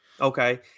Okay